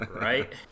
Right